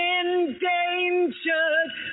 endangered